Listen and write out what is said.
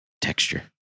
Texture